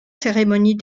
cérémonie